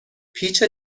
پیچ